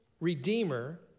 redeemer